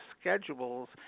schedules